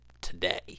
today